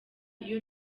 iyo